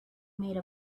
made